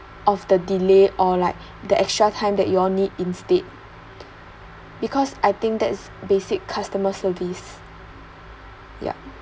of the delay or like the extra time that you all need instead because I think that is basic customer service yup